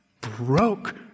broke